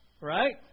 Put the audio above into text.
right